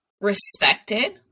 respected